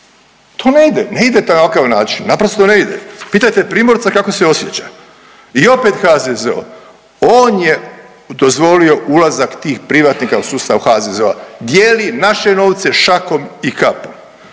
to ne ide, ne ide na takav način, naprosto ne ide. Pitajte Primorca kako se osjeća i opet HZZO, on je dozvolio ulazak tih privatnika u sustav HZZO, dijeli naše novce šakom i kapom.